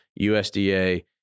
USDA